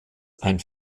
ein